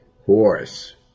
horse